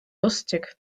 lustig